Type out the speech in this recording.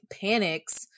panics